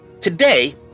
Today